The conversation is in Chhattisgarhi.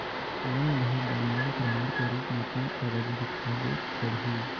लोन लेहे बर मोला प्रमाण के रूप में कोन कागज दिखावेक पड़ही?